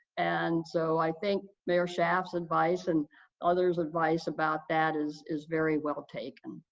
and so, i think mayor schaaf's advice and others' advice about that is is very well taken.